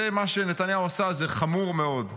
זה מה שנתניהו עשה, זה חמור מאוד.